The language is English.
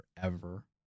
forever